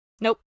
Nope